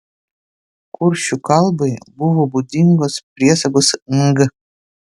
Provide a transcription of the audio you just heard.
kuršių kalbai buvo būdingos priesagos ng